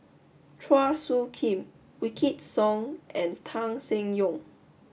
Chua Soo Khim Wykidd Song and Tan Seng Yong